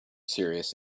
serious